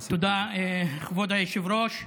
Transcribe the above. תודה, כבוד היושב-ראש.